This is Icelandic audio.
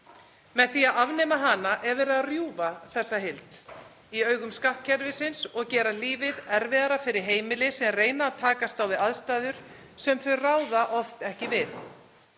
Með því að afnema hana er verið að rjúfa þessa heild í augum skattkerfisins og gera lífið erfiðara fyrir heimili sem reyna að takast á við aðstæður sem þau ráða oft ekki við.